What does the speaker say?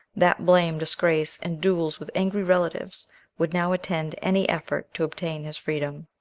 that blame, disgrace, and duels with angry relatives would now attend any effort to obtain his freedom.